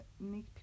make